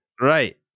Right